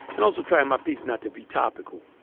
and also try my peace not to be topical.